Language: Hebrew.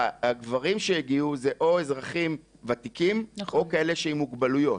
הגברים שהגיעו הם או אזרחים ותיקים או כאלה שהם עם מוגבלויות.